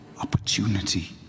opportunity